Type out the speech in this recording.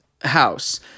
house